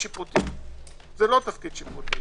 זה לא תפקיד שיפוטי.